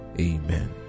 amen